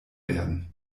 werden